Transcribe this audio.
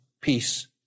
peace